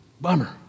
Bummer